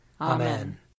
Amen